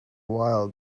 wild